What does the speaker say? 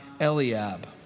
Eliab